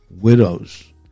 widows